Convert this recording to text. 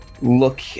look